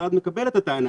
המשרד מקבל את הטענה